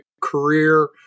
career